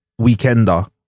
weekender